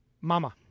Mama